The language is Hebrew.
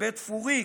בבית פוריכ